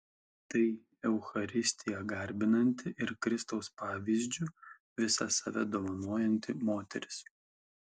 tai eucharistiją garbinanti ir kristaus pavyzdžiu visą save dovanojanti moteris